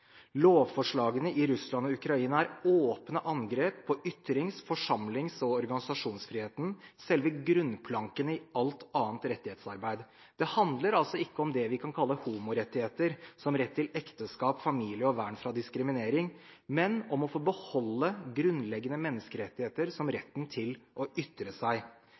Lovforslagene i Russland og Ukraina er åpne angrep på ytrings-, forsamlings- og organisasjonsfriheten, selve grunnplanken i alt annet rettighetsarbeid. Det handler altså ikke om det vi kan kalle homorettigheter, som rett til ekteskap, familie og vern fra diskriminering, men om å få beholde grunnleggende menneskerettigheter som retten til å ytre seg.